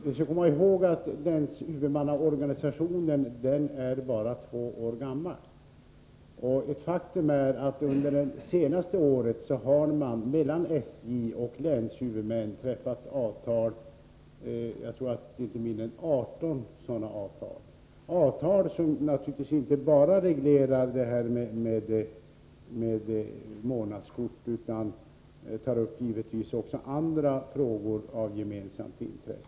Vi skall komma ihåg att länshuvudmannaorganisationen bara är två år gammal. Ett faktum är att det under det senaste året har träffats inte mindre än 18 avtal mellan SJ och länshuvudmännen — avtal som naturligtvis inte bara reglerar frågor om månadskort utan givetvis också tar upp andra frågor av gemensamt intresse.